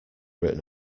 written